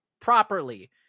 properly